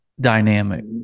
dynamic